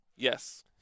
Yes